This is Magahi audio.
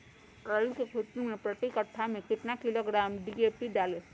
आलू की खेती मे प्रति कट्ठा में कितना किलोग्राम डी.ए.पी डाले?